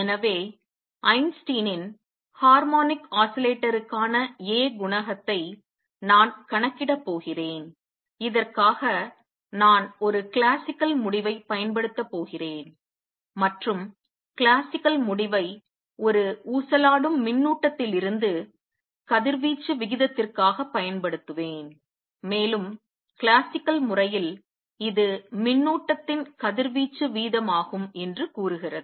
எனவே ஐன்ஸ்டீனின் ஹார்மோனிக் ஆஸிலேட்டருக்கான A குணகத்தை நான் கணக்கிடப் போகிறேன் இதற்காக நான் ஒரு கிளாசிக்கல் முடிவை பயன்படுத்தப் போகிறேன் மற்றும் கிளாசிக்கல் முடிவை ஒரு ஊசலாடும் மின்னூட்டத்திலிருந்து கதிர்வீச்சு விகிதத்திற்காகப் பயன்படுத்துவேன் மேலும் கிளாசிக்கல் முறையில் இது மின்னூட்டத்தின் கதிர்வீச்சு வீதமாகும் என்று கூறுகிறது